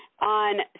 On